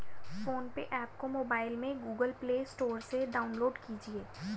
phone पे app को mobile में गूगल प्ले स्टोर से डाउनलोड कीजिए